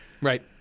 right